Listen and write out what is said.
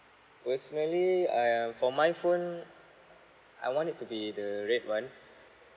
personally I'm for my phone I want it to be the red one